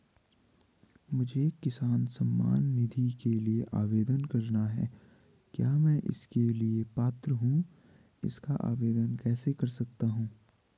मुझे किसान सम्मान निधि के लिए आवेदन करना है क्या मैं इसके लिए पात्र हूँ इसका आवेदन कैसे कर सकता हूँ?